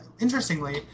interestingly